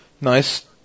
Nice